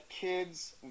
kids